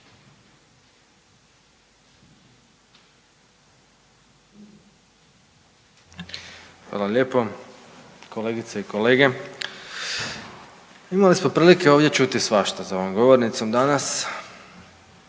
Hvala lijepo. Kolegice i kolege, imali smo prilike ovdje čuti svašta za ovom govornicom danas